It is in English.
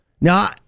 Now